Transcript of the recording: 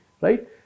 right